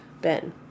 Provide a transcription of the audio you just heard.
Ben